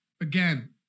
again